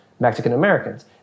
Mexican-Americans